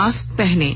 mask पहनें